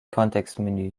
kontextmenü